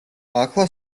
ახლა